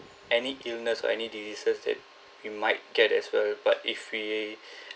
any illness or any diseases that you might get as well but if we